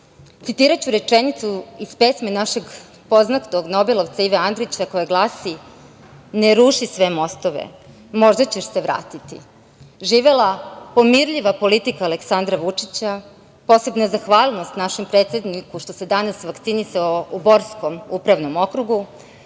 citiraću rečenicu iz pesme našeg poznatog nobelovca Ive Andrića koja glasi: „Ne ruši sve mostove, možda ćeš se vratiti.“Živela pomirljiva politika Aleksandra Vučića, posebna zahvalnost našem predsedniku što se danas vakcinisao u Borskom upravnom okrugu.